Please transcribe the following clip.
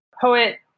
poet